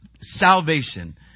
salvation